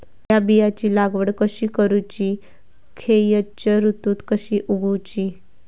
हया बियाची लागवड कशी करूची खैयच्य ऋतुत कशी उगउची?